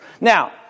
Now